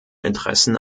interessen